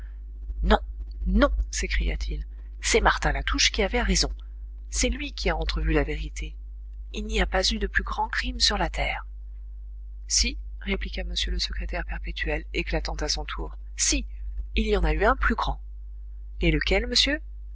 non non s'écria-t-il c'est martin latouche qui avait raison c'est lui qui a entrevu la vérité il n'y a pas eu de plus grand crime sur la terre si répliqua m le secrétaire perpétuel éclatant à son tour si il y en a eu un plus grand et lequel monsieur